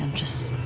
just,